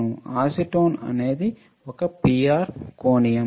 acetone అనేది పిఆర్ కోణీయం